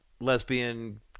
lesbian